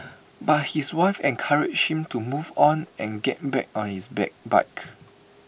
but his wife encouraged him to move on and get back on his bike